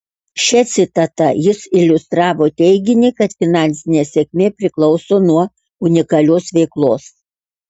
šia citata jis iliustravo teiginį kad finansinė sėkmė priklauso nuo unikalios veiklos